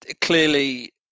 clearly